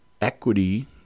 Equity